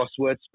crosswords